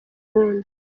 wundi